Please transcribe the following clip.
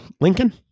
lincoln